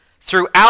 throughout